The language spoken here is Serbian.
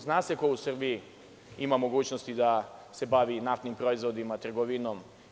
Zna se ko u Srbiji ima mogućnosti da se bavi naftnim proizvodima i trgovinom.